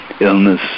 illness